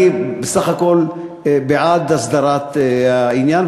אני בסך הכול בעד הסדרת העניין,